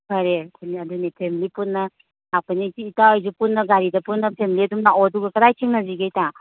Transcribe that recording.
ꯐꯔꯦ ꯑꯗꯨꯅꯤ ꯐꯦꯝꯂꯤ ꯄꯨꯟꯅ ꯂꯥꯛꯇꯣꯏꯅꯤ ꯏꯇꯥ ꯍꯣꯏꯁꯨ ꯄꯨꯟꯅ ꯒꯥꯔꯤꯗ ꯄꯨꯟꯅ ꯐꯦꯝꯂꯤ ꯑꯗꯨꯝ ꯂꯥꯛꯑꯣ ꯑꯗꯨꯒ ꯀꯗꯥꯏ ꯊꯦꯡꯅꯁꯤꯒꯦ ꯏꯇꯥ